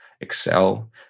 excel